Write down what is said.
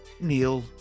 Neil